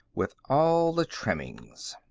with all the trimmings.